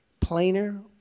plainer